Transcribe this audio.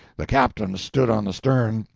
the captain stood on the stern,